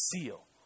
seal